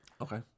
Okay